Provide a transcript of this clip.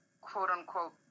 quote-unquote